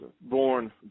born